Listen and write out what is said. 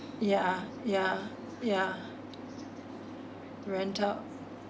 yeah yeah yeah rental